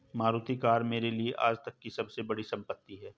Maruti car मेरे लिए आजतक की सबसे बड़ी संपत्ति है